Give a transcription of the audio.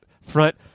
front